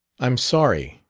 i'm sorry,